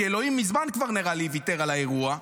כי אלוהים מזמן כבר נראה לי ויתר על האירוע,